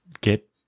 get